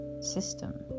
system